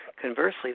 Conversely